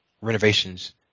renovations